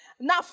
Now